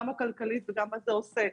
גם הכלכלית וגם מה זה עושה.